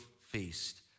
feast